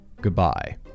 Goodbye